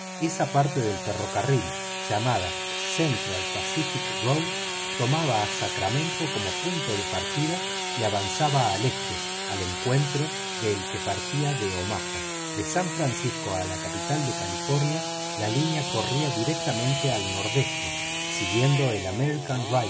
esa parte del ferrocarril llamada central pacific tomaba a sacramento como punto de partida y avanzaba al este al encuentro del que partía de omaha de san francisco a la capital de california la línea corría directamente al nordeste siguiendo el